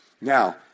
Now